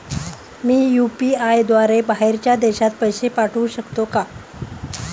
मी UPI द्वारे बाहेरच्या देशात पैसे पाठवू शकतो का?